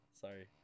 Sorry